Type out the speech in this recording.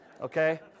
Okay